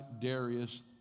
Darius